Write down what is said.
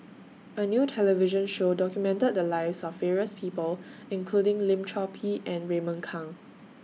A New television Show documented The Lives of various People including Lim Chor Pee and Raymond Kang